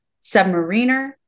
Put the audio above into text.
submariner